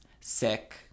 sick